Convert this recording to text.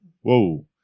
Whoa